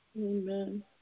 Amen